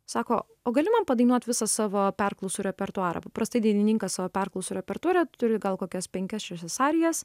sako o gali man padainuot visą savo perklausų repertuarą paprastai dainininkas savo perklausų repertuare turi gal kokias penkias šešias arijas